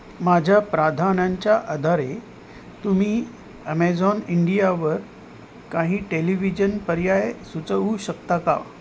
माझ्या प्राधान्यांच्या आधारे तुम्ही ॲमेझॉन इंडियावर काही टेलिव्हिजन पर्याय सुचवू शकता का